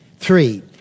Three